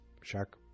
shark